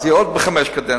זה יהיה בעוד חמש קדנציות.